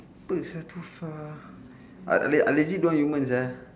go and said too far I uh la~ lazy don't yumen uh